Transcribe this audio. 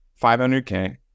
500k